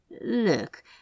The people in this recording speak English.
Look